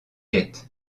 jettent